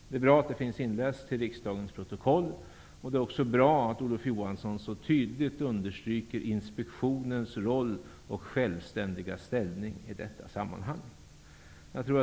Det är bra att det finns inläst till riksdagens protokoll, och det är också bra att Olof Johansson så tydligt understryker Inspektionens roll och självständiga ställning i detta sammanhang.